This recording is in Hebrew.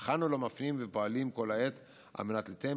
אך אנו לא מרפים ופועלים כל העת על מנת ליתן